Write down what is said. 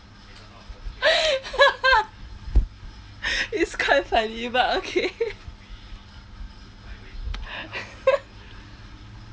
it's quite funny but okay